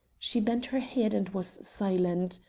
she bent her head and was silent.